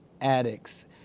addicts